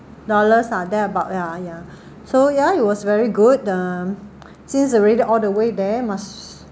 dollars ah there about ya ya so ya it was very good um since you already all the way there must